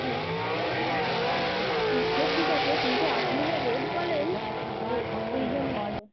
হ্যাঁ হ্যাঁ সে ঠিক আছে কিন্তু আপনি যা রেট বলেন ও ওই জন্য তো